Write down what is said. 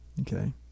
Okay